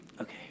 Okay